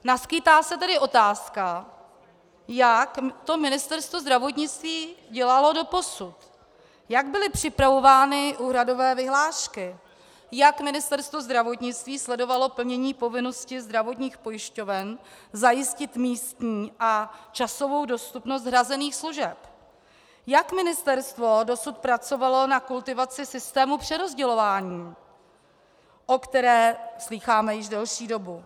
Naskýtá se tedy otázka, jak to Ministerstvo zdravotnictví dělalo doposud, jak byly připravovány úhradové vyhlášky, jak Ministerstvo zdravotnictví sledovalo plnění povinnosti zdravotních pojišťoven zajistit místní a časovou dostupnost hrazených služeb, jak ministerstvo dosud pracovalo na kultivaci systému přerozdělování, o kterém slýcháme již delší dobu.